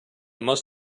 must